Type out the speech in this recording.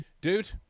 Dude